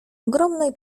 ogromnej